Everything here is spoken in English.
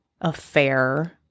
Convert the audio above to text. affair